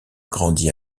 grandi